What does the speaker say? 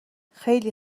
خیلی